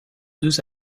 deux